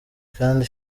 kandi